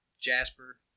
Jasper